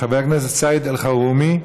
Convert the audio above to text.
חבר הכנסת סעיד אלחרומי,